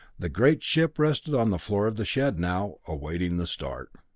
the great ship rested on the floor of the shed now, awaiting the start.